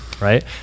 right